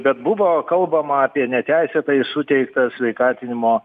bet buvo kalbama apie neteisėtai suteiktą sveikatinimo